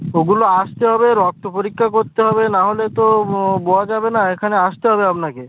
ওগুলো আসতে হবে রক্ত পরীক্ষা করতে হবে নাহলে তো বোঝা যাবে না এখানে আসতে হবে আপনাকে